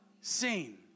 Seen